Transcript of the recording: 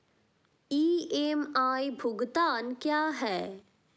EMI भुगतान क्या है?